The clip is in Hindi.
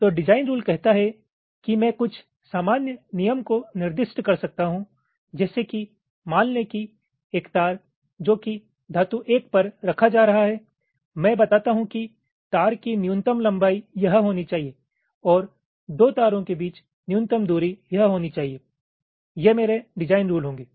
तो डिजाइन रुल कहता है कि मैं कुछ सामान्य नियम को निर्दिष्ट कर सकता हूं जैसे कि मान लें कि एक तार जो कि धातु एक पर रखा जा रहा है मैं बताता हूं कि तार की न्यूनतम लंबाई यह होनी चाहिए और दो तारो के बीच न्यूनतम दूरी यह होनी चाहिए ये मेरे डिजाइन रुल होंगे